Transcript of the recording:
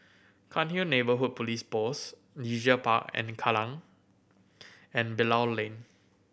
Cairnhill Neighbourhood Police Post Leisure Park and Kallang and Bilal Lane